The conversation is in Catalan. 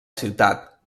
ciutat